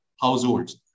households